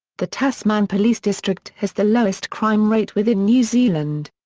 the tasman police district has the lowest crime rate within new zealand.